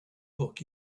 book